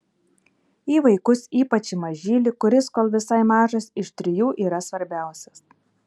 į vaikus ypač į mažylį kuris kol visai mažas iš trijų yra svarbiausias